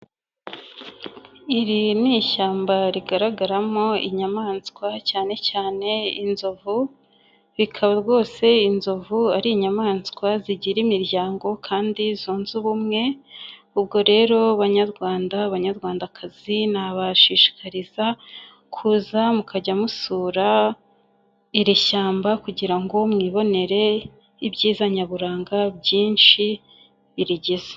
Iri ni ishyamba rigaragaramo inyamaswa cyane cyane inzovu, bikaba rwose inzovu ari inyamaswa zigira imiryango kandi zunze ubumwe, ubwo rero banyarwanda banyarwandakazi nabashishikariza kuza mukajya musura iri shyamba, kugira ngo mwibonere ibyiza nyaburanga byinshi birigize.